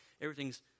Everything's